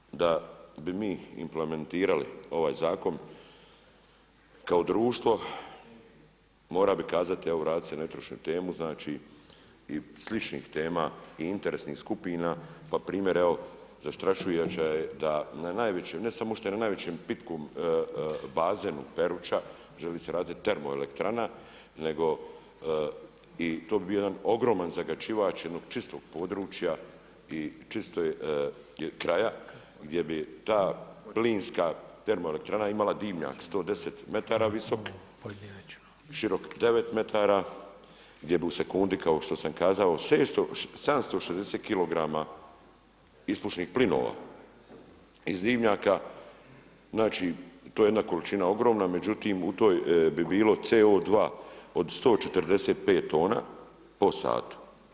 Međutim, da bi mi implementirali ovaj zakon, kao društvo, morao bi kazati, evo vratiti ću se na jutrošnju temu, znači i sličnih tema i interesnih skupina, pa primjer evo zastrašujuće je da na najvećoj, ne samo što je na najvećom pitkom bazenu Peruča, želi se raditi termoelektrana, nego i to bi bio jedan ogromni zagađivač jednog čistog područja i čistog kraja gdje bi ta plinska termoelektrana imala dimnjak 110 metara visok, širok 9 metara, gdje bi u sekundi, kao šta sam kazao, 760 kilograma ispušnih plinova iz dimnjaka, znači to je jedna količina ogromna, međutim u toj bi bilo CO2 od 145 tona po satu.